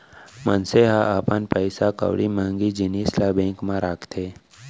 मनसे ह अपन पइसा कउड़ी महँगी जिनिस ल बेंक म राखथे